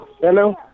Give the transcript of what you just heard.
Hello